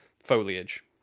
foliage